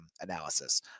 analysis